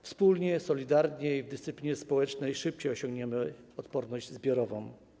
Wspólnie, solidarnie i w dyscyplinie społecznej szybciej osiągniemy odporność zbiorową.